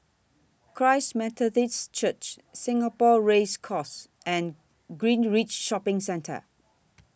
Christ Methodist Church Singapore Race Course and Greenridge Shopping Centre